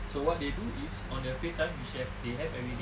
so what they do is on their free time which they have everyday